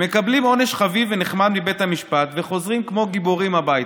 הם מקבלים עונש חביב ונחמד מבית המשפט וחוזרים כמו גיבורים הביתה,